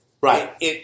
Right